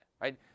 Right